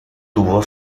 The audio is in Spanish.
tuvo